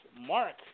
Mark